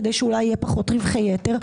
כדי שאולי יהיה פחות רווחי יתר.